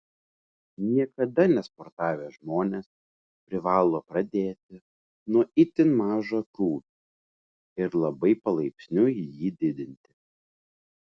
niekada nesportavę žmonės privalo pradėti nuo itin mažo krūvio ir labai palaipsniui jį didinti